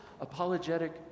apologetic